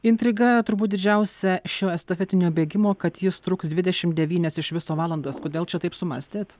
intriga turbūt didžiausia šio estafetinio bėgimo kad jis truks dvidešimt devynias iš viso valandas kodėl čia taip sumąstėt